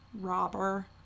robber